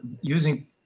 using